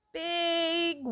big